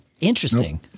interesting